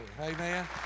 Amen